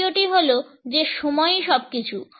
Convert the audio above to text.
দ্বিতীয়টি হল যে সময়ই সবকিছু